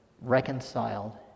reconciled